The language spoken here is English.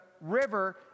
river